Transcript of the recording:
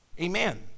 Amen